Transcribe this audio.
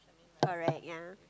correct ya